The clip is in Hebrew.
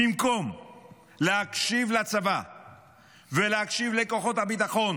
במקום להקשיב לצבא ולהקשיב לכוחות הביטחון